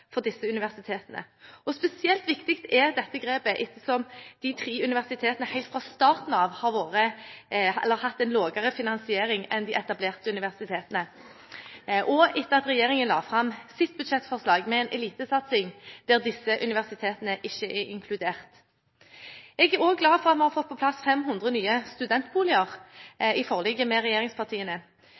for disse universitetene. Spesielt viktig er dette grepet ettersom de tre universitetene helt fra starten av har hatt en lavere finansiering enn de etablerte universitetene, og etter at regjeringen la fram sitt budsjettforslag med en elitesatsing der disse universitetene ikke er inkludert. Jeg er også glad for at vi har fått på plass 500 nye studentboliger i forliket med regjeringspartiene.